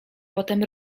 potem